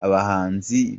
abahanzi